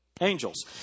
Angels